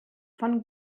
von